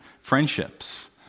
friendships